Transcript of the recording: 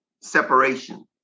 separation